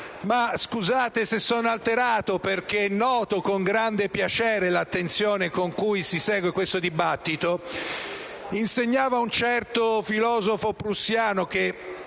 Scusate se sono alterato, ma noto con grande piacere l'attenzione con cui si segue questo dibattito. Insegnava un certo filosofo prussiano, che